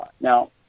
Now